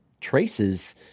traces